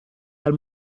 dal